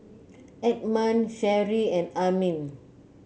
Edmon Sherri and Armin